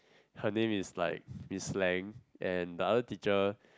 her name is like Miss Lam and the other teacher